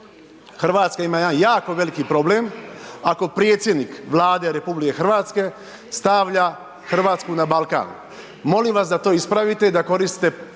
Hrvatska ima jedan jako veliki problem ako predsjednik Vlade RH stavlja Hrvatsku na Balkan. Molim vas da to ispravite i da koristite